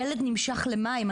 ילד נמשך למים.